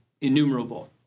innumerable